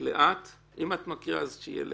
אם את מקריאה אז שיהיה לאט.